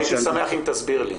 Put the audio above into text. הייתי שמח אם תסביר לי.